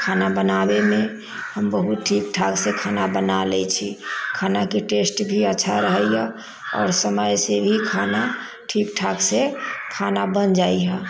खाना बनाबयमे हम बहुत ठीक ठाकसँ खाना बना लै छी खानाके टेस्ट भी अच्छा रहैए आओर समयसँ ही खाना ठीक ठाकसँ खाना बनि जाइए